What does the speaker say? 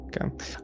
okay